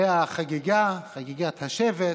הרי החגיגה, חגיגת השבט,